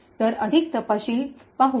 तर अधिक तपशील पाहू